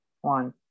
one